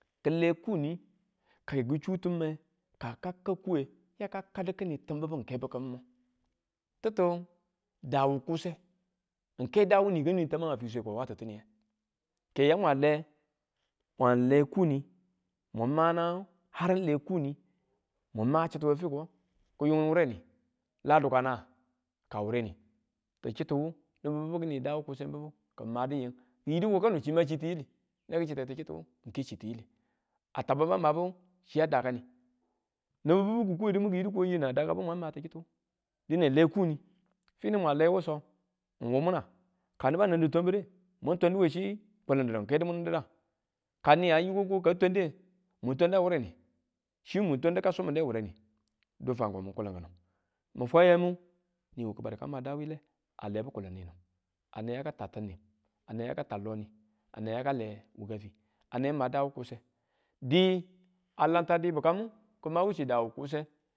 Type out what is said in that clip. Kile kuuni, ke ki̱ chiwu time, ka kak kuuwe yaka kadu kini tibubu n ke bikimu, ti̱ti daa wu kuse n ke daa wu ni ka nwe tamang a fiswe ko wa ti̱ttiniye, ke yamwang le kuu ni mu ma naangu ar n le kuuni ma chitu we fiko kiyung wureni, ladukana? ka wurini, tichitiwu nibu bibu kinida wukusemu bibu kimadu yin kiyidu ko kano chima chi tiyili neki chite ki̱ chituwu n ke chi tiyili, a tabanbu mabu chi a dakani nibu bibu ki kuwe dimu kiyiko yine adaka bu mang ma kichitiwu dine n le kuuni, finu mwan le wu soo, n wung muna? ka niba nin ditwamru mang twandu we chi kulindidu n ke dimuun dida? kani a yi ko ka twande mun twan da wureni chi mun twandu ka suminde wureni du fwanko min kulin kinu min fwa yammu, ni wu ki ba du ka ma daa wile a le bu kulin ninu a ne yaka tat tin ni a ne yaka le loni ane yaka le wuka fi ane ma daa wukuse di, a lamta bikuma kima wuchi da wukuse.